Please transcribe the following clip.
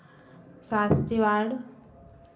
सास्त्री वार्ड